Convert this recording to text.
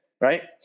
Right